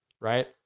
right